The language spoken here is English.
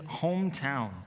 hometown